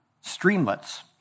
streamlets